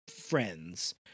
friends